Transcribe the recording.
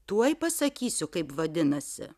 tuoj pasakysiu kaip vadinasi